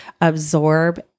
absorb